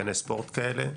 מתקני ספורט כאלה.